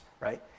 right